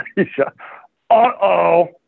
uh-oh